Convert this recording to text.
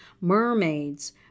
mermaids